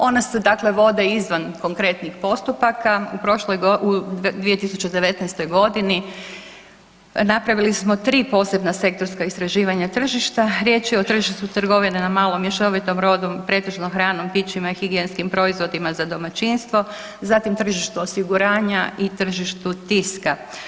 Ona se dakle vode izvan konkretnih postupaka, u 2019. g. napravili smo 3 posebna sektorska istraživanja tržišta, riječ je o tržištu trgovine na malo mješovitom robom pretežno hranom, pićima i higijenskim proizvodima za domaćinstvo, zatim tržište osiguranja i tržištu tiska.